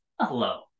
Hello